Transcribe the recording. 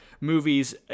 movies